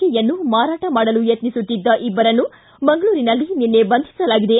ಎಯನ್ನು ಮಾರಾಟ ಮಾಡಲು ಯತ್ನಿಸುತ್ತಿದ್ದ ಇಬ್ಬರನ್ನು ಮಂಗಳೂರಿನಲ್ಲಿ ನಿನ್ನೆ ಬಂಧಿಸಲಾಗಿದೆ